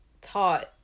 taught